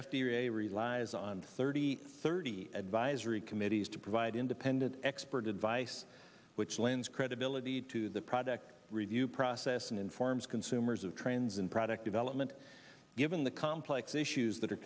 a relies on thirty thirty advisory committees to provide independent expert advice which lends credibility to the product review process and informs consumers of trends in product development given the complex issues that are